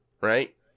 Right